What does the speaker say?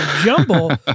jumble